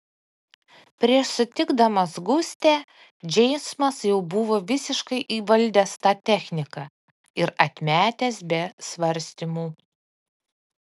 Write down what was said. prieš sutikdamas gustę džeimsas jau buvo visiškai įvaldęs tą techniką ir atmetęs be svarstymų